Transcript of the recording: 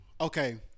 Okay